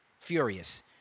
furious